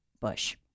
Bush